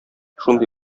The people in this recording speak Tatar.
шундый